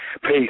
Peace